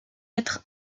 être